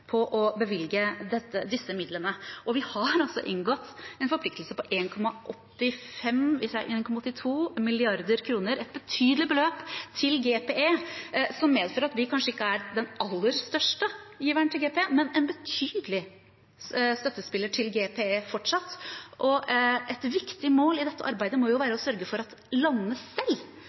å bevilge disse midlene. Vi har altså inngått en forpliktelse på 1,82 mrd. kr – et betydelig beløp – til GPE, som medfører at vi kanskje ikke er den aller største giveren til GPE, men fortsatt en betydelig støttespiller. Et viktig mål i dette arbeidet må være å sørge for at landene selv